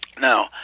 Now